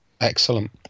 Excellent